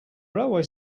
railway